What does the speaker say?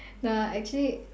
nah actually